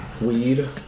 weed